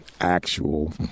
actual